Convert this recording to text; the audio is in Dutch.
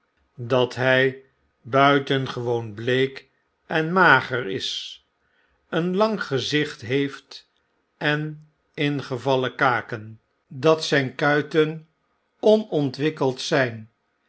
dat hij buitengewoon bleek en mager is een lang gezicht heeft en ingevallen kaken dat zp kuiten onontwikkeld zyn